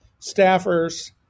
staffers